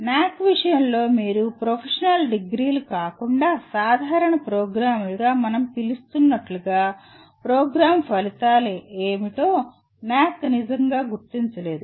NAAC విషయంలో మీరు professional డిగ్రీలు కాకుండా సాధారణ ప్రోగ్రామ్లుగా మనం పిలుస్తున్నట్లుగా ప్రోగ్రామ్ ఫలితాలు ఏమిటో NAAC నిజంగా గుర్తించలేదు